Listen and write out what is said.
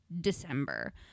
december